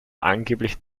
angeblich